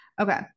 Okay